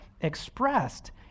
expressed